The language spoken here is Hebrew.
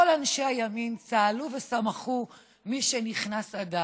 כל אנשי הימין צהלו ושמחו משנכנס אדר.